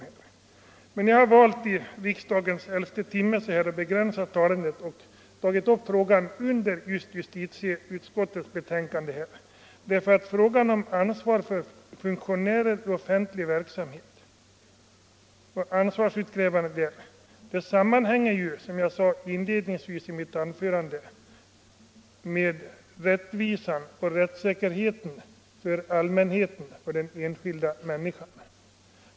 201 Jag har valt att i riksdagens elfte timme begränsa mig till att ta upp frågan i samband med behandlingen av justitieutskottets betänkande, därför att frågan om ansvars utkrävande av funktionärer i offentlig verksamhet sammanhänger, som jag inledningsvis sade i mitt första anförande, med rättvisa och rättssäkerhet för allmänheten, för den enskilda människan.